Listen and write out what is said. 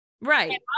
right